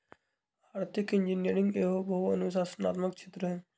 आर्थिक इंजीनियरिंग एहो बहु अनुशासनात्मक क्षेत्र हइ